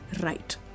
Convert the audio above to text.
right